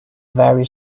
very